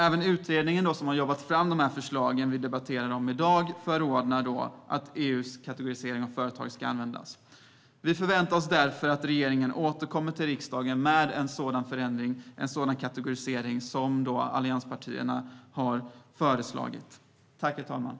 Även utredningen som har jobbat fram de förslag vi debatterar i dag förordar att EU:s kategorisering av företag ska användas. Vi förväntar oss därför att regeringen återkommer till riksdagen med en sådan förändring, som allianspartierna har föreslagit. Tydligare redovis-ningsregler och nya rapporteringskrav för utvinningsindustrin